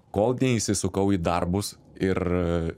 kol neįsisukau į darbus ir